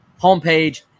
homepage